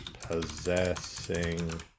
possessing